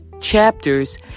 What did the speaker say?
chapters